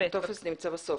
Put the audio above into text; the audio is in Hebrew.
הטופס נמצא בסוף,